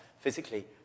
physically